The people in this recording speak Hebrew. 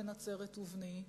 בן נצרת ובני".